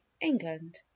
england